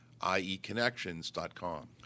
ieconnections.com